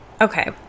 okay